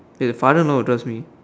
eh the father in law will trust me